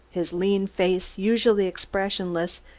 his lean face, usually expressionless,